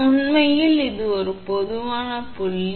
உண்மையில் இது ஒரு பொதுவான புள்ளி